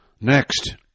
Next